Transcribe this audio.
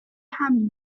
همین